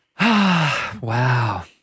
Wow